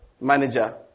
manager